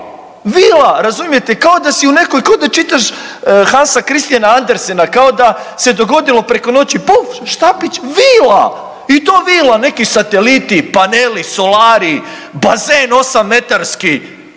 vila, razumijete kao da si u nekoj kod da čitaš Hansa Christiana Andersena kao da se dogodilo preko noći puf štapić, vila i to vila neki sateliti, paneli, solari, bazen osam metarski.